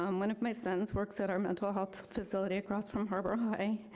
um one of my sons works at our mental health facility across from harbor high,